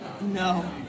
no